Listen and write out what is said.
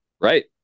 Right